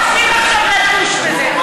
עכשיו לדוש בזה.